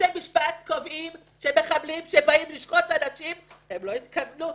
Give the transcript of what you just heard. בתי משפט קובעים שמחבלים שבאים לשחוט אנשים הם לא התכוונו.